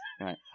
Right